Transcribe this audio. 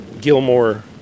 Gilmore